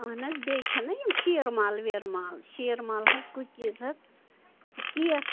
اہن حَظ بیٚیہ چھے نہ یِم شٮ۪رمال وٮ۪رمال شٮ۪رمال حَظ کُکیٖز حَظ کیک